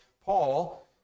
Paul